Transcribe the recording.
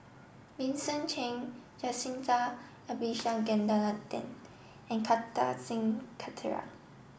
Vincent Cheng Jacintha Abisheganaden and Kartar Singh Thakral